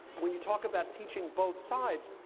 when you talk about teaching both sides,